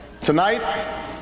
tonight